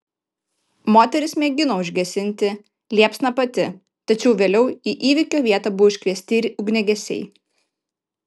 moteris mėgino užgesinti liepsną pati tačiau vėliau į įvykio vietą buvo iškviesti ir ugniagesiai